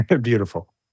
Beautiful